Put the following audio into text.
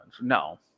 No